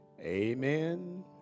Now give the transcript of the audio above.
Amen